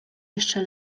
jeszcze